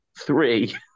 Three